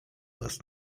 nas